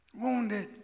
wounded